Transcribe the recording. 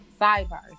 Sidebar